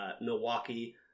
Milwaukee